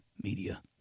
Media